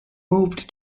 moved